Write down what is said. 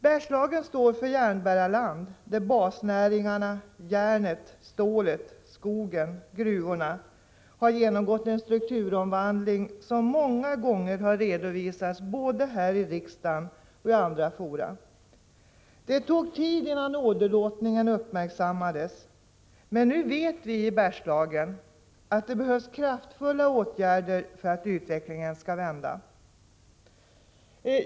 Bergslagen står för järnbärarland, där basnäringarna järnet, stålet, skogen och gruvorna har genomgått en strukturomvandling som många gånger redovisats både här i riksdagen och i andra fora. Det tog tid innan åderlåtningen uppmärksammades, men nu vet vi i Bergslagen att det behövs kraftfulla åtgärder för att utvecklingen skall vända.